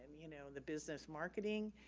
you know and the business marketing,